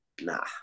Nah